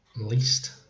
least